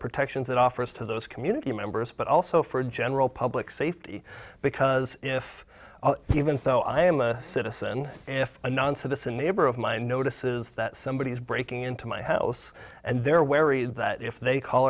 protections it offers to those community members but also for general public safety because if even so i am a citizen if a non citizen neighbor of mine notices that somebody is breaking into my house and they're wary that if they call